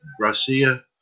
Garcia